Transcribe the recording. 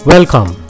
Welcome